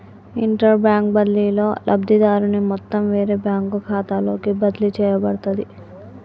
interbank బదిలీలో, లబ్ధిదారుని మొత్తం వేరే బ్యాంకు ఖాతాలోకి బదిలీ చేయబడుతది